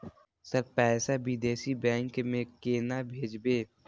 Sir पैसा विदेशी bank में केना भेजबे?